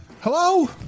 Hello